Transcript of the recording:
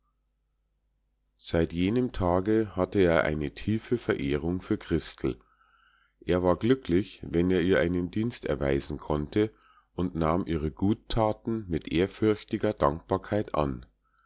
seit jenem tage hatte er eine tiefe verehrung für christel er war glücklich wenn er ihr einen dienst erweisen konnte und nahm ihre guttaten mit ehrfürchtiger dankbarkeit an